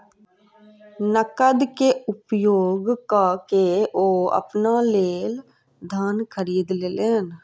नकद के उपयोग कअ के ओ अपना लेल धान खरीद लेलैन